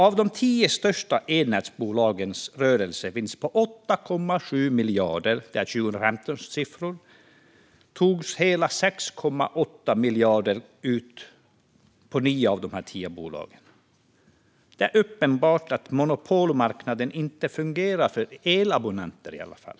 Av de tio största elnätsbolagens rörelsevinst på 8,7 miljarder för 2015 togs hela 6,8 miljarder ut ur nio av de tio bolagen. Det är uppenbart att monopolmarknaden inte fungerar för elabonnenterna i alla fall.